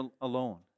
alone